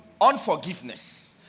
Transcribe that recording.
unforgiveness